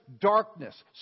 darkness